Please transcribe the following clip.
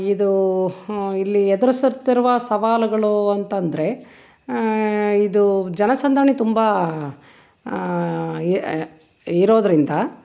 ಇದೂ ಇಲ್ಲಿ ಎದುರಿಸುತ್ತಿರುವ ಸವಾಲುಗಳೂ ಅಂತಂದರೆ ಇದೂ ಜನಸಂದಣಿ ತುಂಬ ಈ ಇರೋದರಿಂದ